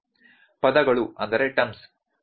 ಪದಗಳು ಅದರ ಬಗ್ಗೆ ಏನನ್ನಾದರೂ ಹೇಳುತ್ತವೆ